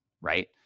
right